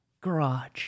garage